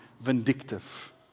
vindictive